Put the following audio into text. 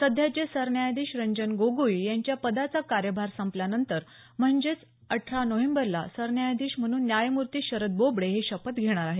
सध्याचे सरन्यायाधीश रंजन गोगोई यांच्या पदाचा कार्यभार संपल्यानंतर म्हणजेच अठरा नोव्हेंबरला सरन्यायाधीश म्हणून न्यायमूर्ती शरद बोबडे हे शपथ घेणार आहेत